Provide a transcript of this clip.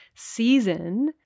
season